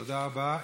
תודה רבה.